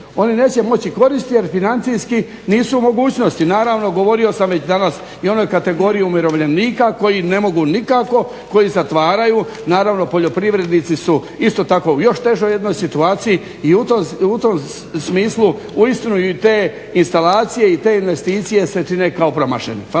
Oni neće moći koristiti jer financijski nisu u mogućnosti. Naravno, govorio sam već danas i o onoj kategoriji umirovljenika koji ne mogu nikako, koji zatvaraju, naravno poljoprivrednici su isto tako u još težoj jednoj situaciji. I u tom smislu uistinu i te instalacije i te investicije se čine kao promašene.